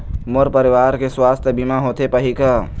मोर परवार के सुवास्थ बीमा होथे पाही का?